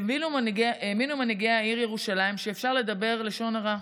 האמינו מנהיגי העיר ירושלים שאפשר לדבר לשון הרע,